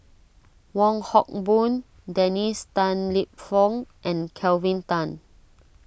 Wong Hock Boon Dennis Tan Lip Fong and Kelvin Tan